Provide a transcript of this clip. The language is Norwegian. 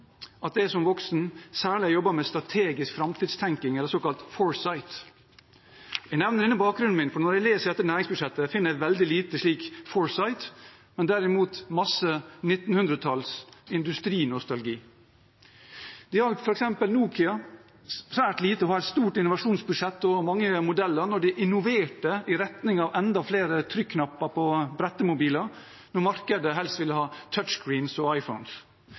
at jeg som voksen særlig har jobbet med strategisk framtidstenkning, eller «foresight». Jeg nevner denne bakgrunnen min, for når jeg leser dette næringsbudsjettet, finner jeg veldig lite slik «foresight», men derimot mye 1900-talls industrinostalgi. Det hjalp f.eks. Nokia svært lite å ha et stort innovasjonsbudsjett og mange modeller da de innoverte i retning av enda flere trykknapper på brettemobiler, og markedet helst ville ha touchscreen og